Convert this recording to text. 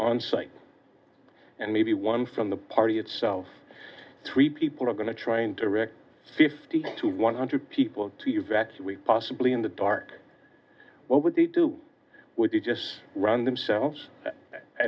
on site and maybe one from the party itself three people are going to try and direct fifty to one hundred people to you vet possibly in the dark what would they do with you just run themselves i